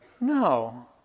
No